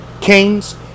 kings